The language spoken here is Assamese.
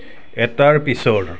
এটাৰ পিছৰ